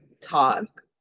talk